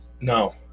No